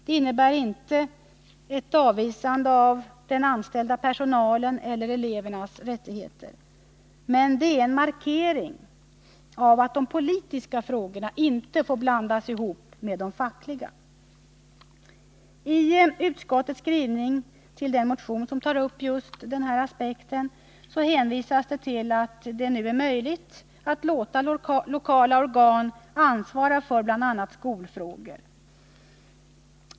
Detta innebär inte ett avvisande av den anställda personalens eller elevernas rättigheter. Men det är en markering av att de politiska frågorna inte får blands ihop med de fackliga. I utskottets skrivning till den motion som tar upp just den här aspekten hänvisas till att det nu är möjligt att låta lokala organ ansvara för bl.a. skolfrågor.